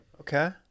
Okay